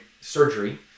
surgery